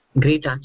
great